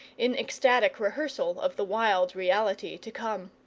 in ecstatic rehearsal of the wild reality to come.